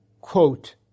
quote